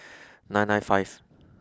nine nine five